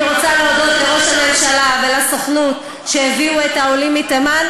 אני רוצה להודות לראש הממשלה ולסוכנות שהביאו את העולים מתימן,